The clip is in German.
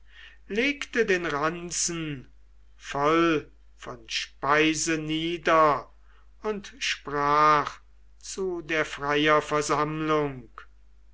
legte den ranzen voll von speise nieder und sprach zu der freier versammlung